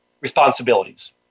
responsibilities